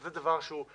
זה דבר מפלה,